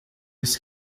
isso